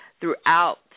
throughout